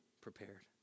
prepared